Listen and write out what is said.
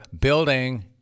building